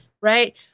right